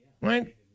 Right